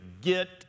get